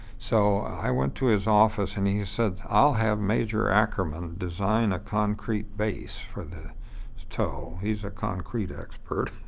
so i went to his office and he said, i'll have major ackerman design a concrete base for the tow. he's a concrete expert.